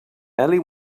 ellie